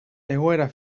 egoera